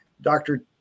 doctor